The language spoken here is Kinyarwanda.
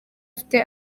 ufite